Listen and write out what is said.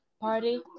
party